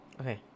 Okay